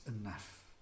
enough